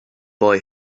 boy